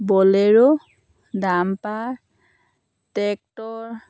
bolero dumper tractor